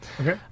Okay